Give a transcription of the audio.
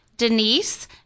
Denise